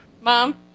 Mom